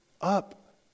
up